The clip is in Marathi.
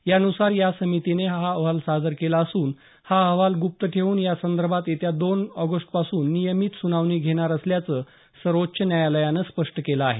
यानुसार या समितीने हा अहवाल सादर केला असुन हा अहवाल गुप्त ठेवुन या संदर्भात येत्या दोन ऑगस्टपासून नियमित सुनावणी घेणार असल्याचं सर्वौच्च न्यायालयानं स्पष्ट केलं आहे